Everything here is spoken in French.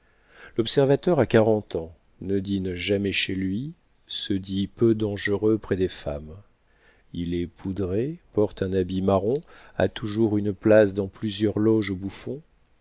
l'observateur a quarante ans ne dîne jamais chez lui se dit peu dangereux près des femmes il est poudré porte un habit marron a toujours une place dans plusieurs loges aux bouffons